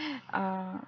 err